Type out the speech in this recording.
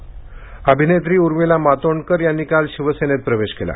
मातोंडकर अभिनेत्री उर्मिला मातोंडकर यांनी काल शिवसेनेत प्रवेश केला